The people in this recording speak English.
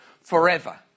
forever